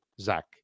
Zach